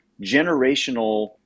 generational